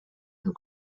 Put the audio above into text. and